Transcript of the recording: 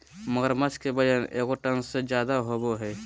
मगरमच्छ के वजन एगो टन से ज्यादा होबो हइ